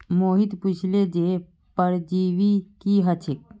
मोहित पुछले जे परजीवी की ह छेक